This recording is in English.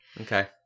Okay